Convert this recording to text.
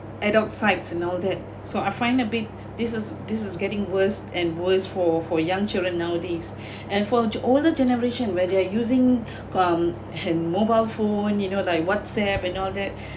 adult sites and all that so I find it a bit this is this is getting worse and worse for for young children nowadays and forge older generation where they're using um hand mobile phone you know thy whatsapp and all that